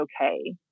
okay